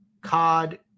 COD